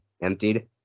emptied